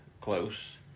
close